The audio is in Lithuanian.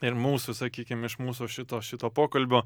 ir mūsų sakykim iš mūsų šito šito pokalbio